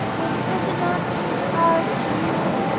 and does it not seem hard to you,